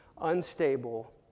unstable